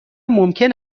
ممکن